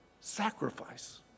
sacrifice